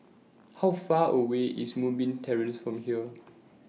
How Far away IS Moonbeam Terrace from here